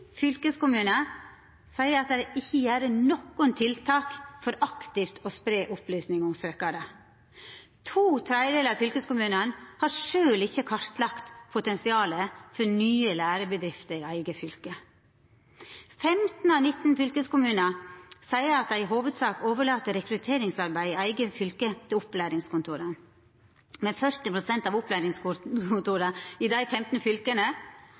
seier at dei ikkje har nokon tiltak for aktivt å spreia opplysningar om søkjarar. To tredjedelar av fylkeskommunane har sjølve ikkje kartlagt potensialet for nye lærebedrifter i eige fylke. 15 av 19 fylkeskommunar seier at dei i hovudsak overlèt rekrutteringsarbeidet i eige fylke til opplæringskontora, men 40 pst. av opplæringskontora i dei 15